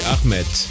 Ahmed